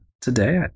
today